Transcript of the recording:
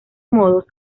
modos